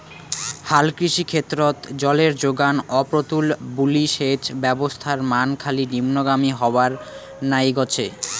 হালকৃষি ক্ষেত্রত জলের জোগান অপ্রতুল বুলি সেচ ব্যবস্থার মান খালি নিম্নগামী হবার নাইগছে